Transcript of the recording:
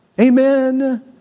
Amen